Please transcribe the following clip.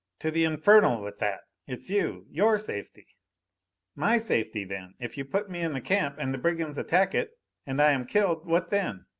to the infernal with that! it's you, your safety my safety, then! if you put me in the camp and the brigands attack it and i am killed what then?